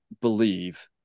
believe